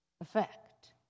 effect